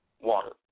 water